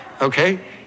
okay